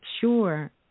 sure